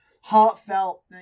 heartfelt